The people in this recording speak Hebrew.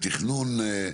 לתכנון.